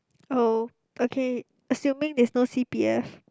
oh okay assuming there's no c_p_f